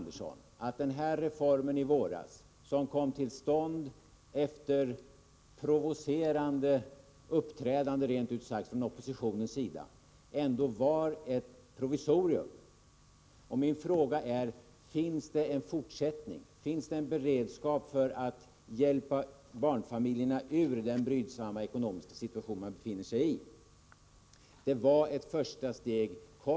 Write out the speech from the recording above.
Reformen i våras — som kom till stånd efter rent ut sagt provocerande uppträdande från oppositionen — var ändå ett provisorium, Sten Andersson. Min fråga är: Finns det förslag till en fortsättning? Finns det en beredskap för att hjälpa barnfamiljerna ur den brydsamma ekonomiska situation de befinner sig i? Det var ett första steg som togs.